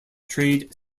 trade